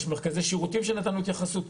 יש מרכזי שירותים שנתנו התייחסות,